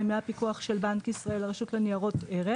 מהפיקוח של בנק ישראל לרשות ניירות ערך.